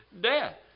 death